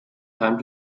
time